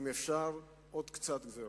ואם אפשר, עוד קצת גזירות.